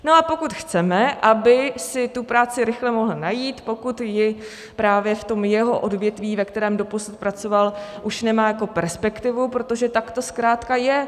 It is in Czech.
No a pokud chceme, aby si tu práci rychle mohl najít, pokud ji právě v tom jeho odvětví, ve kterém doposud pracoval, už nemá perspektivu, protože tak to zkrátka je.